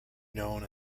known